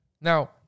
Now